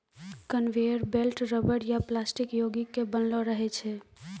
conveyor belt rubber या plastic योगिक के बनलो रहै छै